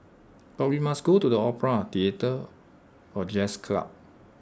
but we must go to the opera theatre or jazz club